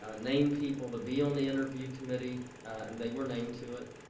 ah named people to be on the interview committee, and they were named to it,